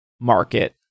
market